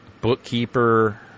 bookkeeper